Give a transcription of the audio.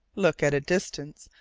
look, at a distance,